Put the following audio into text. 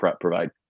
provide